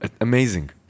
amazing